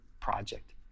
project